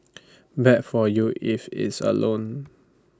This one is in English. bad for you if it's A loan